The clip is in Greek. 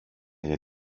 για